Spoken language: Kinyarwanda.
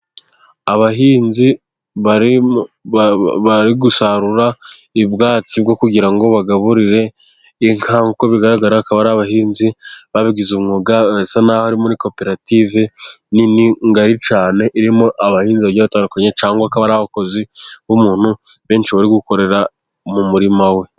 Abahinzi bari gusarura ubwatsi bwo kugira ngo bagaburire inka, uko bigaragara akaba ari abahinzi babigize umwuga, basa n'aho ari muri koperative nini ngari cyane, irimo abahinzi bagiye batandukanye, cyangwa akaba ari abakozi b'umuntu, benshi bari gukorera mu murima we.